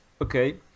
Okay